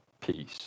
peace